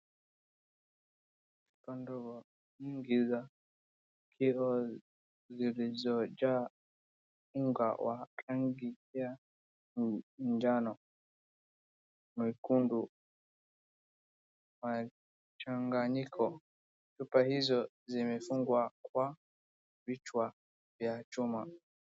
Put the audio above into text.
Mkondo wa nyingi za ikiwa zilizojaa unga wa rangi ya njano, mekundu, machanganyiko. Chupa hizo zimefungwa kwa vichwa vya chuma.